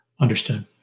Understood